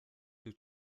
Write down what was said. two